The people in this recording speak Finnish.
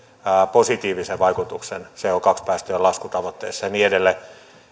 positiivisen vaikutuksen co päästöjen laskutavoitteeseen ja niin edelleen